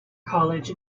college